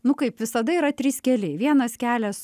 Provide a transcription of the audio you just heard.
nu kaip visada yra trys keliai vienas kelias